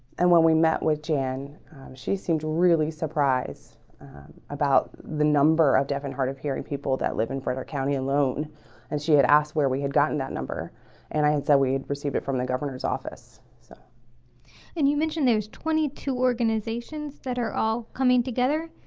and when we met with jan she seemed really surprised about the number of deaf and hard-of-hearing people that live in frederick county alone and she had asked where we had gotten that number and i and said we'd received it from the governor's office so and you mentioned there's twenty two organizations that are all coming together